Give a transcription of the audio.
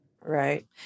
Right